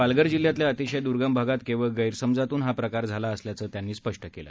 पालघर जिल्ह्यातल्या अतिशय दुर्गम भागात केवळ गैरसमजातून हा प्रकार झाला असल्याचं त्यांनी स्पष्ट केलं